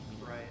Right